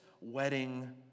wedding